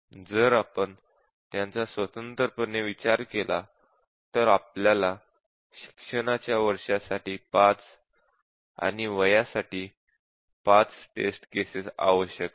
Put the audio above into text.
जर आपण त्यांचा स्वतंत्रपणे विचार केला तर आपल्याला शिक्षणाच्या वर्षांसाठी 5 आणि वयासाठी 5 टेस्ट केसेस आवश्यक आहेत